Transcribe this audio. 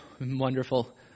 wonderful